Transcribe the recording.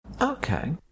Okay